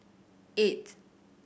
eight